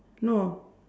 no